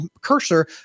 cursor